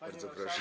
Bardzo proszę.